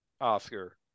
Oscar